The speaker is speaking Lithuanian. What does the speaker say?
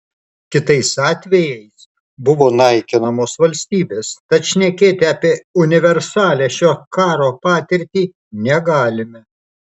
kitais atvejais buvo naikinamos valstybės tad šnekėti apie universalią šio karo patirtį negalime